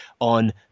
on